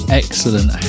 excellent